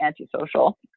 antisocial